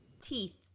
Teeth